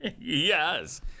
Yes